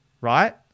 right